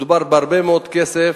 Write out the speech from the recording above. מדובר בהרבה מאוד כסף,